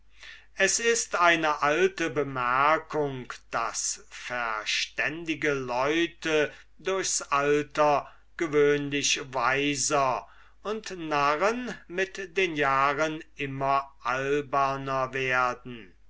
es ist eine alte bemerkung daß verständige leute durchs alter gewöhnlich weiser und narren mit den jahren immer alberner werden